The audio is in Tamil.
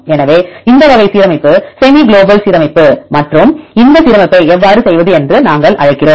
எனவே இந்த வகை சீரமைப்பு செமி குளோபல் சீரமைப்பு மற்றும் இந்த சீரமைப்பை எவ்வாறு செய்வது என்று நாங்கள் அழைக்கிறோம்